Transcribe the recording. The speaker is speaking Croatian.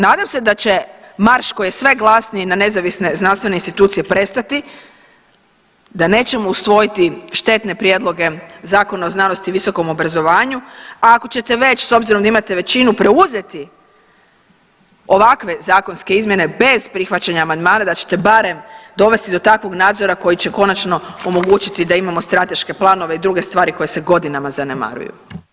Nadam se da će marš koji je sve glasniji na nezavisne znanstvene institucije prestati, da nećemo usvojiti štetne prijedloge Zakona o znanosti i visokom obrazovanju, a ako ćete već, s obzirom da imate većinu, preuzeti ovakve zakonske izmjene bez prihvaćanja amandmana, da ćete barem dovesti do takvog nadzora koji će konačno omogućiti da imamo strateške planove i druge stvari koji se godinama zanemaruju.